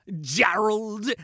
Gerald